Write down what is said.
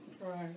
Right